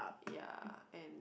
ya and